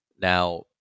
Now